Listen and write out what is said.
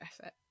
effort